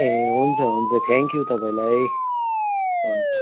ए हुन्छ हुन्छ थ्याङ्क्यु तपाईँलाई हुन्छ